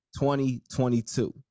2022